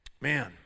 Man